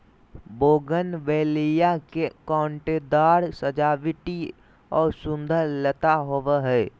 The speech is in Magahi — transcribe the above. बोगनवेलिया के कांटेदार सजावटी और सुंदर लता होबा हइ